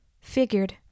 Figured